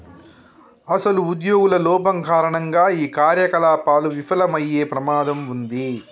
అసలు ఉద్యోగుల లోపం కారణంగా ఈ కార్యకలాపాలు విఫలమయ్యే ప్రమాదం ఉంది